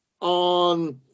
on